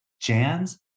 Jans